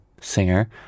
singer